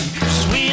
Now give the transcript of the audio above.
Sweet